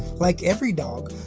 like every dog,